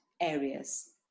areas